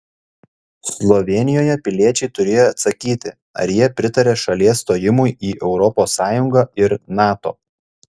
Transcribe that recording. slovėnijoje piliečiai turėjo atsakyti ar jie pritaria šalies stojimui į europos sąjungą ir nato